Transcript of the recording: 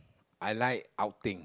I like outing